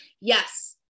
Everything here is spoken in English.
yes